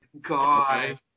God